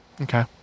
Okay